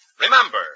Remember